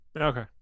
Okay